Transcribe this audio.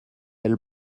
elle